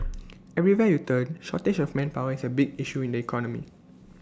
everywhere you turn shortage of manpower is A big issue in the economy